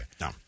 No